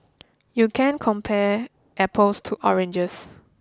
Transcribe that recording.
you can't compare apples to oranges